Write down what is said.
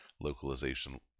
localization